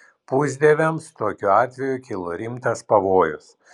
pusdieviams tokiu atveju kyla rimtas pavojus